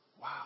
Wow